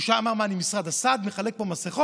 הוא ישר אמר: מה, אני משרד הסעד, מחלק פה מסכות?